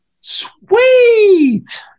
sweet